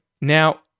Now